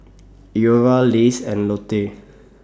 Iora Lays and Lotte